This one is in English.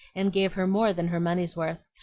and gave her more than her money's worth,